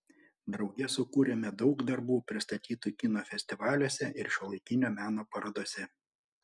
drauge sukūrėme daug darbų pristatytų kino festivaliuose ir šiuolaikinio meno parodose